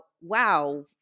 wow